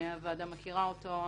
הוועדה מכירה אותו.